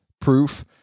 proof